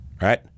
right